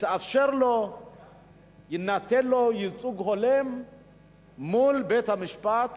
יינתן לו ייצוג הולם מול בית-המשפט